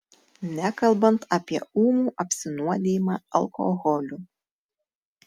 nekalbant apie ūmų apsinuodijimą alkoholiu